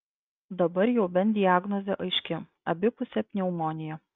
dabar jau bent diagnozė aiški abipusė pneumonija